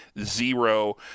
zero